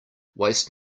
waste